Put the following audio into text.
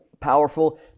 powerful